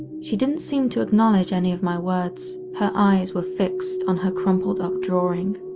she didn't seem to acknowledge any of my words. her eyes were fixed on her crumpled up drawing.